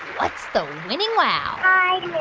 what's the winning wow? hi,